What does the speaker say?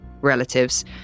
relatives